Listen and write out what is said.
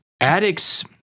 addicts